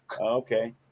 okay